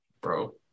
bro